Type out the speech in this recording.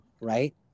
right